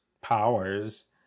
powers